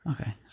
okay